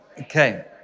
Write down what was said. Okay